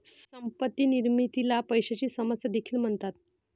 संपत्ती निर्मितीला पैशाची समस्या देखील म्हणतात